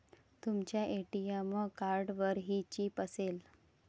तुमच्या ए.टी.एम कार्डवरही चिप असेल